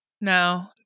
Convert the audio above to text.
No